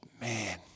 man